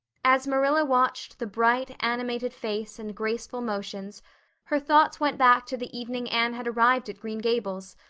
as marilla watched the bright, animated face and graceful motions her thoughts went back to the evening anne had arrived at green gables,